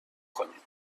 کنیم